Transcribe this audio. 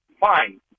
fine